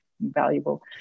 valuable